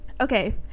Okay